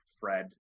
Fred